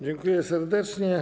Dziękuję serdecznie.